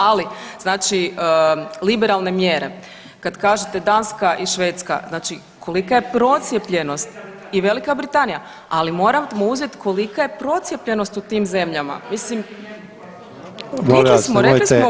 Ali znači liberalne mjere kad kažete Danska i Švedska znači kolika je procijepljenost i Velika Britanija, ali moramo uzeti kolika je procijepljenost u tim zemljama mislim … [[Upadica: Ne razumije se.]] rekli smo, rekli